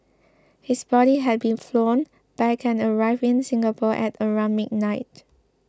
his body had been flown back and arrived in Singapore at around midnight